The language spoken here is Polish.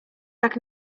tak